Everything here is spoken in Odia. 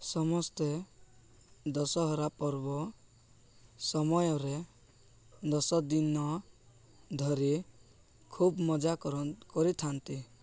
ସମସ୍ତେ ଦଶହରା ପର୍ବ ସମୟରେ ଦଶଦିନ ଧରି ଖୁବ୍ ମଜା କର କରିଥାନ୍ତି